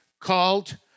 called